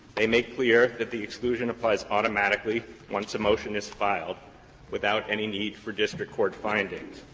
they make clear that the exclusion applies automatically once a motion is filed without any need for district court findings.